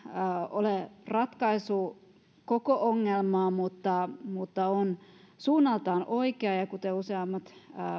ole ratkaisu koko ongelmaan mutta mutta on suunnaltaan oikea ja ja kuten useammat